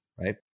right